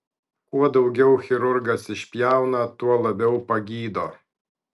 kuo daugiau chirurgas išpjauna tuo labiau pagydo